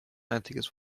einziges